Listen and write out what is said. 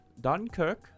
Dunkirk